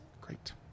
great